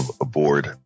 aboard